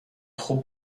خوب